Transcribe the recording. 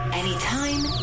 anytime